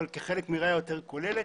אבל כחלק מראייה יותר כוללת.